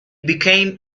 became